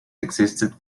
existed